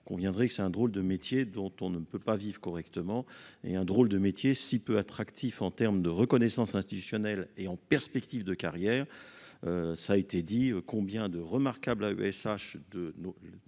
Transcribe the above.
conviendrez que c'est un drôle de métier dont on ne peut pas vivre correctement et un drôle de métier si peu attractif en termes de reconnaissance institutionnelle et en perspective de carrière ça a été dit combien de remarquables à ESH de nos